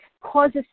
causes